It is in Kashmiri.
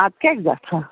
اَدٕ کیٛاہ چھِ گژھان